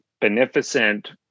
beneficent